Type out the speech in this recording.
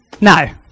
No